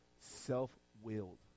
Self-willed